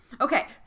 Okay